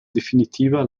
definitiva